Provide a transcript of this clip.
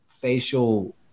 facial